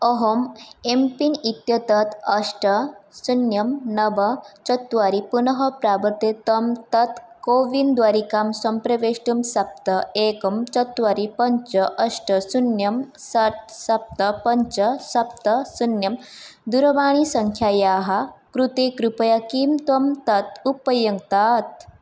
अहम् M PIN इत्येतत् अष्ट शून्यं नव चत्वारि पुनः प्रवृत्ते त्वं तत् कोविन् द्वारिकां सम्प्रवेष्टुं सप्त एकं चत्वरि पञ्च अष्ट शून्यं षट् सप्त पञ्च सप्त शून्यं दूरवाणीसङ्ख्यायाः कृते कृपया किं त्वं तत् उपयुङ्क्तात्